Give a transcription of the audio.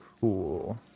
Cool